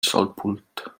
schaltpult